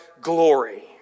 glory